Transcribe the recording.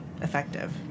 effective